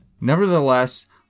nevertheless